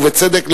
ובצדק,